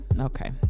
Okay